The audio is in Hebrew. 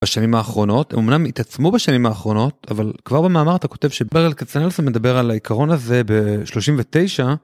בשנים האחרונות אמנם התעצמו בשנים האחרונות אבל כבר במאמר אתה כותב שברל קצנלסון מדבר על העיקרון הזה ב39.